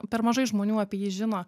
per mažai žmonių apie jį žino